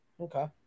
Okay